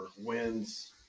wins